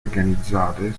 organizzate